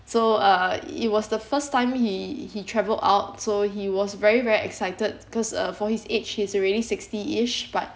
so uh it was the first time he he travelled out so he was very very excited because uh for his age he's already sixtyish but